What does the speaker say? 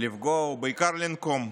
לפגוע בו, ובעיקר לנקום.